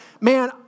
Man